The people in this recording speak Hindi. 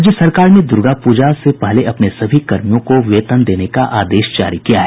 राज्य सरकार ने दूर्गा पूजा से पहले अपने सभी कर्मियों को वेतन देने का आदेश जारी किया है